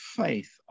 faith